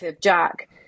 Jack